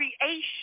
creation